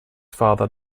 father